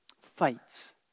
fights